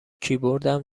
کیبوردم